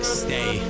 stay